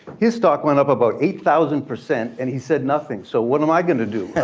his stock went up about eight thousand percent and he said nothing. so what am i going to do?